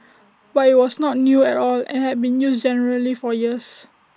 but IT was not new at all and had been used generally for years